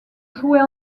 jouer